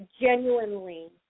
genuinely